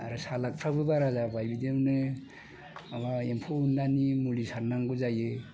आरो सालागफ्राबो बारा जाबाय बिदिनो माबा एम्फौ एनलानि मुलि सारनांगौ जायो